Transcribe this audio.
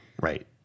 Right